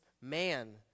man